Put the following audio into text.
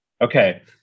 Okay